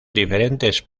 diferentes